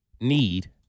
need